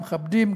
מכבדים,